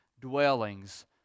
dwellings